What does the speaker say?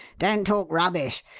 don't talk rubbish.